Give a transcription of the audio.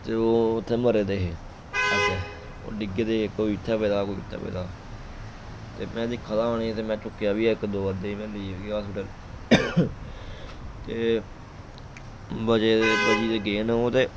ते ओह् उत्थें मरे दे हे अग्गें ओह् डिग्गे दे हे कोई इत्थै पेदा कोई उत्थै पेदा ते में दिक्खा दा ह उनें ते में चुक्केआ बी इक दो अद्धे गी में लेई गेआ हास्पिटल ते बचे दे बची दे गे न ओह् ते